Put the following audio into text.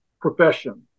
profession